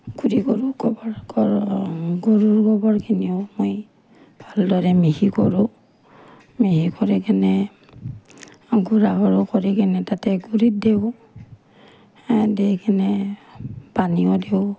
খুদি গৰুৰ গোবৰ গৰুৰ গোবৰখিনিও মই ভাল দৰে মিহি কৰোঁ মিহি কৰি কেনে গুৰা কৰোঁ কৰি কেনে তাতে গুৰিত দেওঁ দি কিনে পানীও দিওঁ